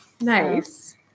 Nice